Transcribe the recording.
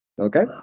okay